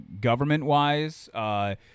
government-wise